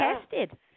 tested